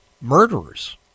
murderers